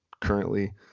currently